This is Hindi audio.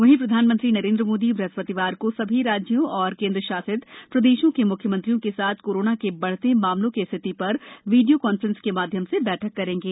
वहीं प्रधानमंत्री नरेंद्र मोदी बृहस् तिवार को सभी राज्यों और केंद्रशासित प्रदेशों के म्ख्यमंत्रियों के साथ कोरोना के बढते मामलों की स्थिति शर वीडियो कांफ्रेंस के माध्यम से बैठक करेंगे